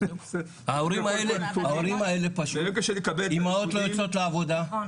אמהות לא יוצאות לעבודה,